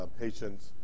patients